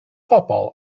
bobl